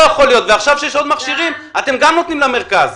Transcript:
ועכשיו, כשיש עוד מכשירים, אתם גם נותנים למרכז.